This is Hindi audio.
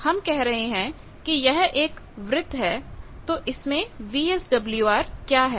हम कह रहे हैं कि यह एक वृत्त है तो इसमें वीएसडब्ल्यूआर क्या है